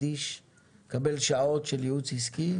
לקבל שעות של ייעוץ עסקי,